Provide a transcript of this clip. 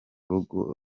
rugo